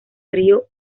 río